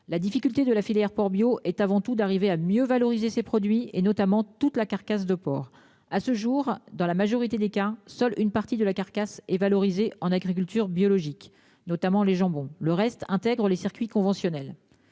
la difficulté de la filière porc bio est avant tout d'arriver à mieux valoriser ses produits et notamment toute la carcasse de porc à ce jour dans la majorité des cas, seule une partie de la carcasse et valorisées en agriculture biologique notamment les jambons le reste intègre les circuits conventionnels